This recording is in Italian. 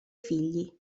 figli